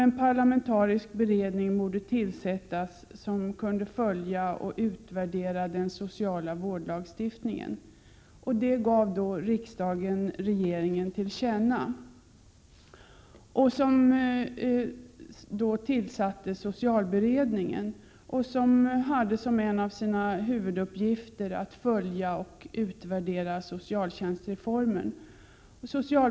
En parlamentarisk beredning borde tillsättas som kunde följa och utvärdera den sociala vårdlagstiftningen. Det gav då riksdagen regeringen till känna. Socialberedningen tillsattes, och den hade som en av sina huvuduppgifter att följa upp och utvärdera socialtjänstreformen.